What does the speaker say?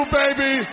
baby